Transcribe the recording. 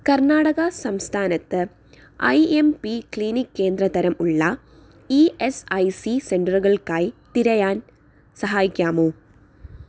കർണാടക സംസ്ഥാനത്ത് I M P clinic കേന്ദ്ര തരം ഉള്ള ഇ എസ് ഐ സി സെന്ററുകൾക്കായി തിരയാൻ സഹായിക്കാമോ